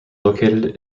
located